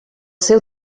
seu